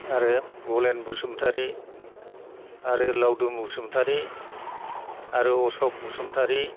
आरो भलेन बसुमतारी आरो लावदुम बसुमतारी आरो अशक बसुमतारी